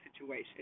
situation